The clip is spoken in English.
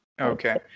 okay